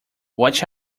watch